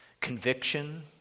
Conviction